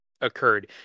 occurred